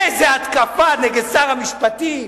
איזה התקפה נגד שר המשפטים.